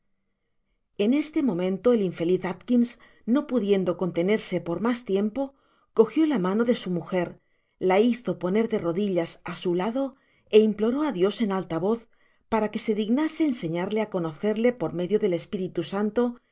en este momento el infeliz atkios no pudiendo conte nerse por mas tiempo cogió la mano de su mujer la hizo poner de rodillas á su lado é imploró á dios en alta voz para que se dignase enseñarle á conocerle por medio del espíritu santo